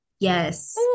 Yes